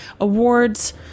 awards